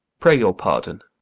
pray your pardon.